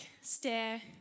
stare